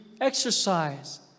exercise